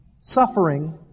Suffering